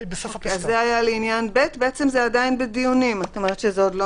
עדיין בדיונים, זה עוד לא נסגר.